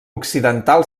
occidental